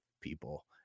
people